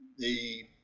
the.